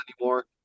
anymore